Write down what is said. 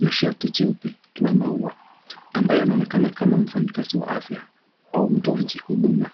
na shati jeupe la maua ambaye anaonekana kama mfanyikazi wa afya au mtoaji huduma.